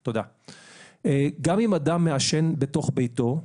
גם אם אדם מעשן בתוך ביתו,